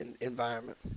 environment